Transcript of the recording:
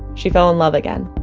she fell in love again.